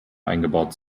eingebaut